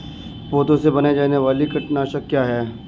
पौधों से बनाई जाने वाली कीटनाशक क्या है?